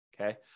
Okay